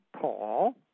Paul